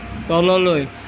তললৈ